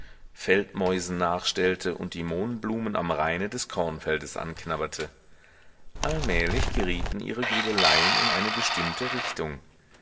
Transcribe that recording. feldmäusen nachstellte und die mohnblumen am raine des kornfeldes anknabberte allmählich gerieten ihre grübeleien in eine bestimmte richtung